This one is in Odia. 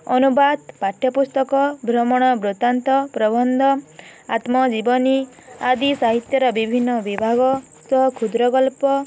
ଅନୁବାଦ ପାଠ୍ୟପୁସ୍ତକ ଭ୍ରମଣ ବୃତ୍ତାନ୍ତ ପ୍ରବନ୍ଧ ଆତ୍ମଜୀବନୀ ଆଦି ସାହିତ୍ୟର ବିଭିନ୍ନ ବିଭାଗ ତ କ୍ଷୁଦ୍ରଗଳ୍ପ